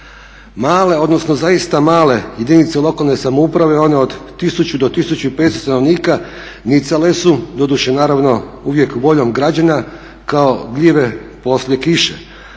Male, odnosno zaista male jedinice lokalne samouprave one od 1000 do 1500 stanovnika nicale su, doduše naravno uvijek voljom građana kao gljive poslije kiše.